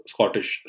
Scottish